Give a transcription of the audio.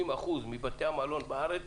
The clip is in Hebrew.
30% מבתי המלון בארץ